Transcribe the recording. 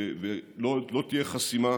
ולא תהיה חסימה